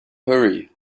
hurry